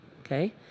okay